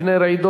(הארכת המועד להגשת בקשות לפי הוראות המעבר),